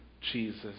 Jesus